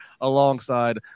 alongside